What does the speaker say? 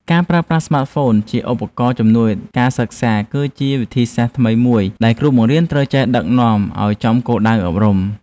ការប្រើប្រាស់ស្មាតហ្វូនជាឧបករណ៍ជំនួយការសិក្សាគឺជាវិធីសាស្ត្រថ្មីមួយដែលគ្រូបង្រៀនត្រូវចេះដឹកនាំឱ្យចំគោលដៅអប់រំ។